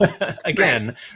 again